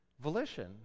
volition